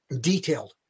detailed